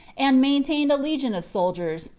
and maintained a legion of soldiers,